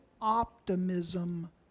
optimism